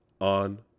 on